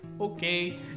okay